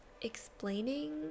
explaining